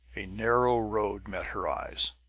a narrow road met her eyes.